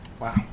Wow